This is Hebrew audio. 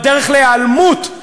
בדרך להיעלמות,